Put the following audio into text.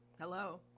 Hello